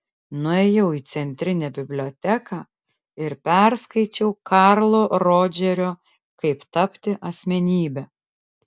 nuėjau į centrinę biblioteką ir perskaičiau karlo rodžerio kaip tapti asmenybe